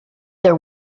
there